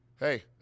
Hey